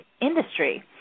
industry